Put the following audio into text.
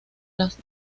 las